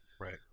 Right